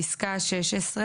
תיקון חוק התכנון